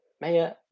Maya